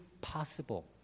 possible